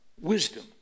Wisdom